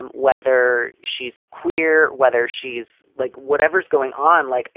um whether she's queer, whether she's like whatever is going on. like,